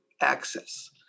access